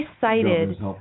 cited